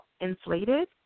inflated